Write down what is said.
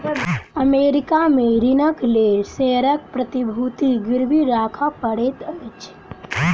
America में ऋणक लेल शेयरक प्रतिभूति गिरवी राखय पड़ैत अछि